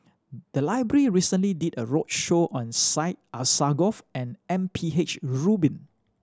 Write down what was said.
the library recently did a roadshow on Syed Alsagoff and M P H Rubin